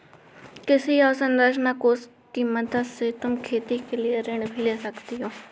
कृषि अवसरंचना कोष की मदद से तुम खेती के लिए ऋण भी ले सकती हो